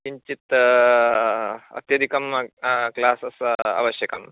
किञ्चित् अत्यधिकं क्लासस् आवश्यकं